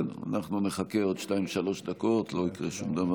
בסדר, נחכה עוד שתיים-שלוש דקות, לא יקרה שום דבר.